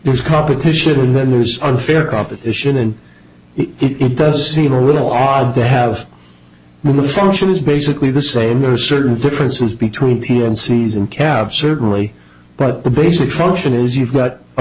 there's competition and then there's unfair competition and it does seem a little odd to have the function is basically the same there are certain differences between t and cs and cab certainly the basic function is you've got a